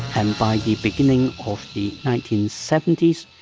and by the beginning of the nineteen seventy s,